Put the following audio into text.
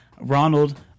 Ronald